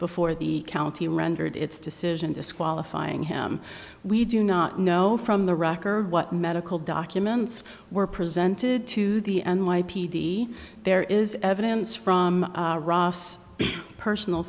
before the county rendered its decision disqualifying him we do not know from the record what medical documents were presented to the n y p d there is evidence from ross personal